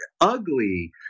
ugly